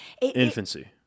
Infancy